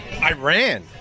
Iran